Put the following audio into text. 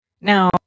Now